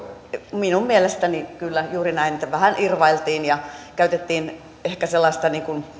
minun mielestäni kyllä juuri näin vähän irvailtiin ja käytettiin ehkä sellaista